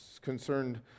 concerned